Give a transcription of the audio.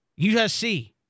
USC